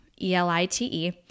E-L-I-T-E